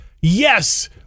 yes